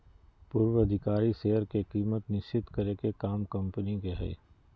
पूर्वधिकारी शेयर के कीमत निश्चित करे के काम कम्पनी के हय